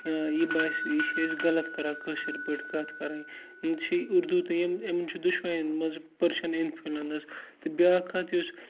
یا یہِ باسہِ یہِ چھِ أسۍ غلط کَران کٲشِر پٲٹھۍ کَتھ کَرٕنۍ چھِ یہِ اُردو تہٕ یِم یِمَن چھِ دُشوَیَن مَنٛز پٔرشِیَن اِنفُلَنٕس تہٕ بیٛاکھ کَتھ یُس